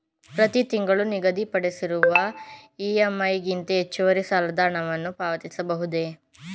ಪ್ರತಿ ತಿಂಗಳು ನಿಗದಿಪಡಿಸಿರುವ ಇ.ಎಂ.ಐ ಗಿಂತ ಹೆಚ್ಚುವರಿ ಸಾಲದ ಹಣವನ್ನು ಪಾವತಿಸಬಹುದೇ?